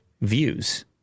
views